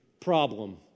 problem